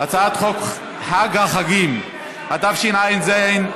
הצעת חוק חג החגים, התשע"ז 2017,